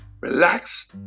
relax